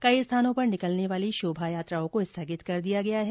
कई स्थानों पर निकलने वाली शोभा यात्राओं को स्थगित कर दिया गया है